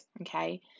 okay